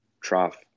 trough